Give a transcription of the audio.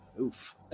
Oof